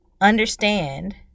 understand